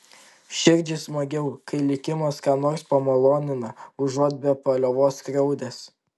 širdžiai smagiau kai likimas ką nors pamalonina užuot be paliovos skriaudęs